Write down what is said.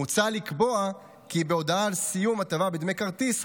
מוצע לקבוע כי בהודעה על סיום הטבה בדמי כרטיס,